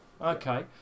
Okay